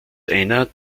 einer